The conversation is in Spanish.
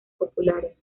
populares